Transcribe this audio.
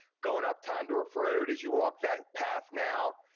going up tondorf road. as you walk that path now,